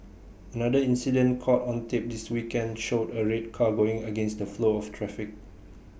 another incident caught on tape this weekend showed A red car going against the flow of traffic